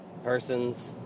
Person's